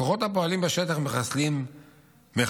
הכוחות הפועלים בשטח מחסלים מחבלים,